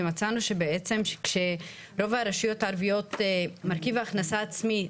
ומצאנו שבעצם כשרוב הרשויות הערביות מרכיב ההכנסה העצמי,